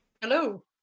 Hello